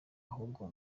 ahubwo